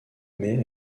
mais